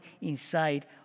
inside